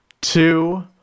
two